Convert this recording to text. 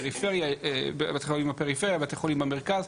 יש את בתי החולים בפריפריה ובמרכז,